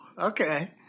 okay